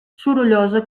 sorollosa